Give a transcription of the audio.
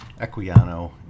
Equiano